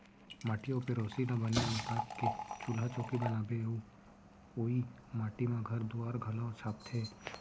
माटी अउ पेरोसी ल बने मता के चूल्हा चैकी बनाथे अउ ओइ माटी म घर दुआर घलौ छाबथें